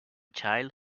child